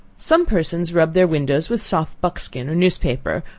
some persons rub their windows with soft buckskin or newspaper,